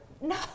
No